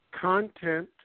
content